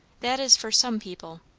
that is for some people.